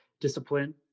discipline